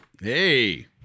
Hey